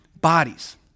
bodies